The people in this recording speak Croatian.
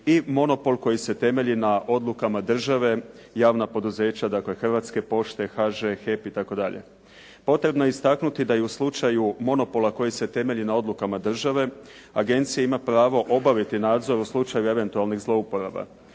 i monopol koji se temelji na odlukama države, javna poduzeća, dakle Hrvatske pošte, HŽ, HEP itd. Potrebno je istaknuti da je u slučaju monopola koji se temelji na odlukama države, agencija ima pravo obaviti nadzor u slučaju eventualnih zlouporaba.